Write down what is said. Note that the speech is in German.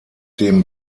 dem